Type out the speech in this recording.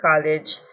college